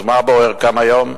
אז מה בוער כאן היום?